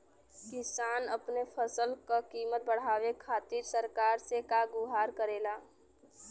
किसान अपने फसल क कीमत बढ़ावे खातिर सरकार से का गुहार करेला?